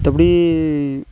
மற்றபடி